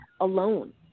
alone